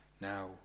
now